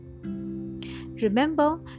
remember